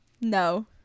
no